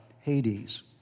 Hades